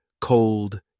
cold